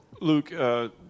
Luke